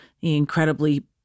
incredibly